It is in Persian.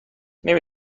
نمی